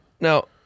now